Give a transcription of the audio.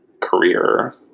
career